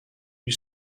you